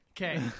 Okay